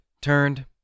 turned